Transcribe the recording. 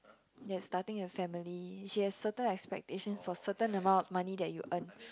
that starting a family she has certain expectations for certain amounts of money that you earn